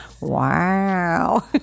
Wow